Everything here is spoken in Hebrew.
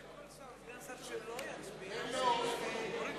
אין לו אופי.